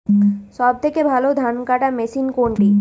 সবথেকে ভালো ধানকাটা মেশিন কোনটি?